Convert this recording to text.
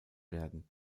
werden